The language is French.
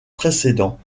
précédent